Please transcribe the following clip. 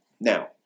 Now